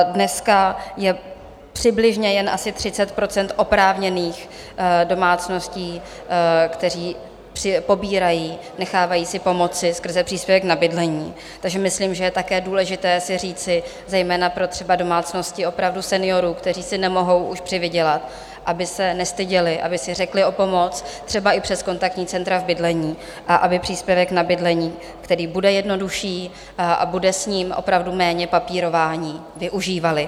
Dneska je přibližně jen asi 30 % oprávněných domácností, které pobírají, nechávají si pomoci skrze příspěvek na bydlení, takže myslím, že je také důležité si říci zejména třeba pro domácnosti opravdu seniorů, kteří si už nemohou přivydělat, aby se nestyděli, aby si řekli o pomoc, třeba i přes kontaktní centra bydlení, a aby příspěvek na bydlení, který bude jednodušší a bude s ním opravdu méně papírování, využívali.